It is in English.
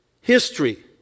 history